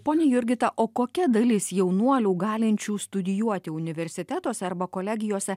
ponia jurgita o kokia dalis jaunuolių galinčių studijuoti universitetuose arba kolegijose